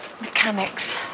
mechanics